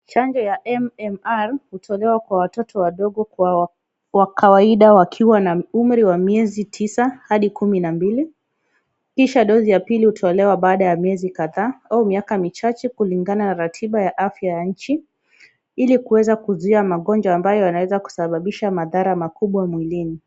Chanjo ya MMR hutolewa kwa watoto wadogo kwa kawaida wakiwa na umri wa miezi tisa hadi kumi na mbili, kisha dozi ya pili hutolewa baada ya miezi kadhaa au miaka michache kulingana na ratiba ya afya ya nchi, ili kuweza kuzuia magonjwa ambayo yanaweza kusababisha madhara makubwa mwilini.